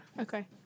Okay